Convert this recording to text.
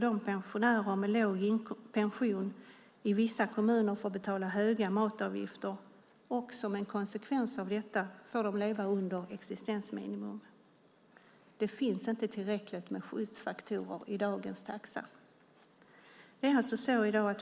De pensionärer med låg pension får i vissa kommuner betala höga matavgifter, och som en konsekvens får de leva under existensminimum. Det finns inte tillräckligt med skyddsfaktorer i dagens taxa.